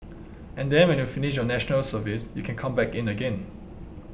and then when you finish your National Service you can come back in again